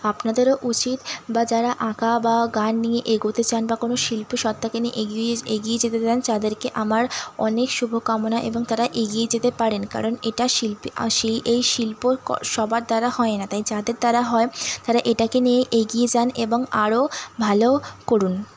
আপনাদেরও উচিত বা যারা আঁকা বা গান নিয়ে এগোতে চান বা কোনো শিল্প সত্ত্বাকে নিয়ে এগিয়ে যেতে চান তাদেরকে আমার অনেক শুভ কামনা এবং তারা এগিয়ে যেতে পারেন কারণ এটা শিল্পী এই শিল্প সবার দ্বারা হয় না তাই যাদের দ্বারা হয় তারা এটাকে নিয়ে এগিয়ে যান এবং আরও ভালো করুন